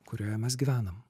kurioje mes gyvenam